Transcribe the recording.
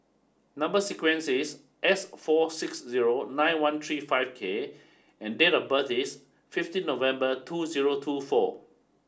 number sequence is S four six zero nine one three five K and date of birth is fifteen November two zero two four